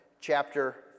chapter